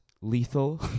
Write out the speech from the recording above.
lethal